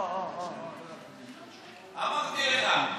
אמרתי לך,